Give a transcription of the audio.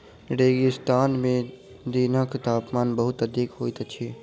रेगिस्तान में दिनक तापमान बहुत अधिक होइत अछि